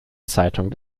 zeitung